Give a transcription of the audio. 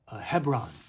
Hebron